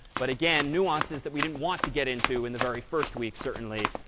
but again, nuances that we didn't want to get into in the very first week certainly,